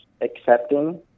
accepting